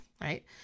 Right